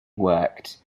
worked